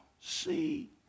see